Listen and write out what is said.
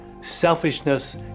selfishness